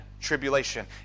tribulation